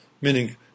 meaning